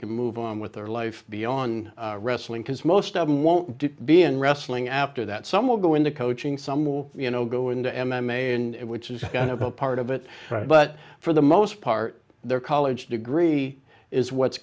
can move on with their life beyond wrestling because most of them won't do be in wrestling after that some will go into coaching some will you know go into m m a in it which is kind of a part of it but for the most part their college degree is what's